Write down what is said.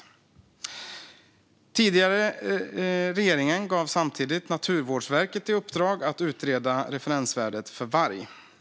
Den tidigare regeringen gav samtidigt Naturvårdsverket i uppdrag att utreda referensvärdet för varg.